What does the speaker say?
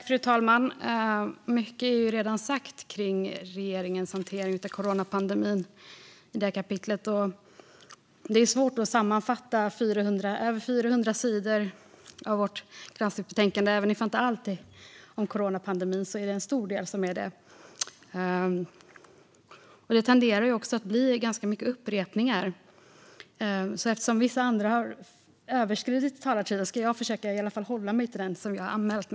Fru talman! Mycket har redan sagts när det gäller det här kapitlet: Regeringens hantering av coronapandemin. Det är svårt att sammanfatta över 400 sidor av vårt granskningsbetänkande. Även om inte allt handlar om coronapandemin är det en stor del som gör det. Det tenderar också att bli ganska mycket upprepningar. Eftersom vissa andra har överskridit sina talartider ska jag försöka att hålla mig till i alla fall den tid som jag har anmält.